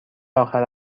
آخر